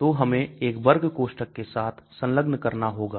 तो हमें एक वर्ग कोष्ठक के साथ संलग्न करना होगा